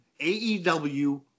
AEW